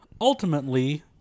Ultimately